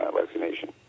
vaccination